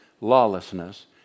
Lawlessness